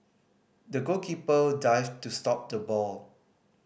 the goalkeeper dived to stop the ball